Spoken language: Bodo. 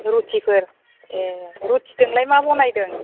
रुथिफोर ए रुथिजोंलाय मा बानायदों